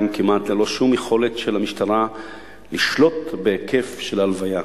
כמעט ללא שום יכולת של המשטרה לשלוט בהיקף של ההלוויה.